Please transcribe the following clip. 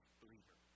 believer